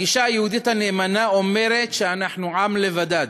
הגישה היהודית הנאמנה אומרת שאנחנו "עם לבדד",